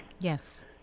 Yes